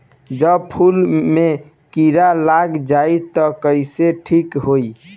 जब फूल मे किरा लग जाई त कइसे ठिक होई?